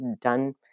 done